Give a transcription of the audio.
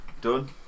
Done